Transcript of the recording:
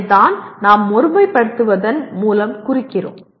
அதைத்தான் நாம் ஒருமைபடுத்துவதன் மூலம் குறிக்கிறோம்